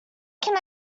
can